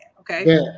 okay